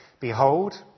Behold